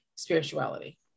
Spirituality